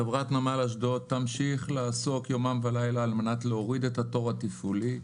חברת נמל אשדוד תמשיך לעסוק יומם ולילה על מנת להוריד את התור התפעולי.